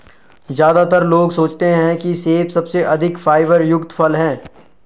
ज्यादातर लोग सोचते हैं कि सेब सबसे अधिक फाइबर युक्त फल है